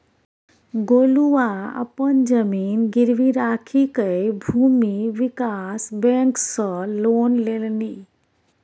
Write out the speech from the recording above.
गोलुआ अपन जमीन गिरवी राखिकए भूमि विकास बैंक सँ लोन लेलनि